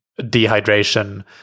dehydration